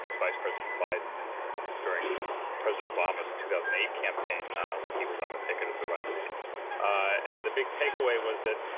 vice president biden during president obama's two thousand and eight campaign when he was on the ticket as the running mate and the big takeaway was that,